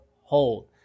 hold